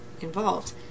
involved